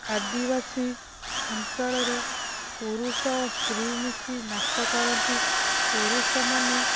ଆଦିବାସୀ ଅଞ୍ଚଳରେ ପୁରୁଷ ସ୍ତ୍ରୀ ମିଶି ନାଚ କରନ୍ତି ପୁରୁଷମାନେ